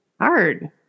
hard